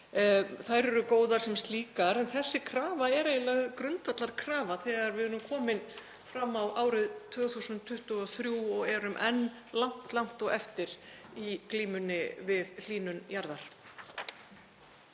Þær eru góðar sem slíkar, en þessi krafa er eiginlega grundvallarkrafa þegar við erum komin fram á árið 2023 og erum enn langt, langt á eftir í glímunni við hlýnun jarðar.